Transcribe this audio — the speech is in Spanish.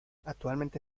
actualmente